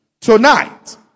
Tonight